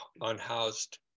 unhoused